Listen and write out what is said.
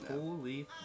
Holy